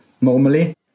normally